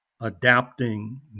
adapting